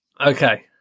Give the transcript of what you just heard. Okay